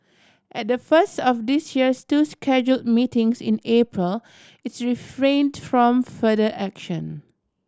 at the first of this year's two schedule meetings in April it's refrain to from further action